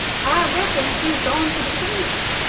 i reckum she's gone to de crick.